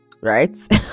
right